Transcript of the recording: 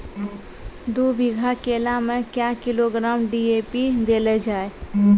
दू बीघा केला मैं क्या किलोग्राम डी.ए.पी देले जाय?